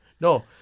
No